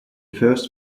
first